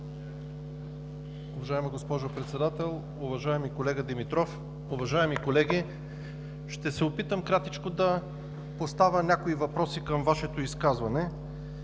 Уважаема госпожо Председател, уважаеми колега Димитров, уважаеми колеги! Ще се опитам кратко да поставя някои въпроси към Вашето изказване.